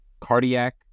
cardiac